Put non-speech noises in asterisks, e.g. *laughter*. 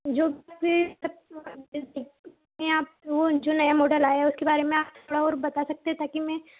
जो भी *unintelligible* जो नया मॉडल आया है उसके बारे में आप थोड़ा और बता सकते हैं ताकि मैं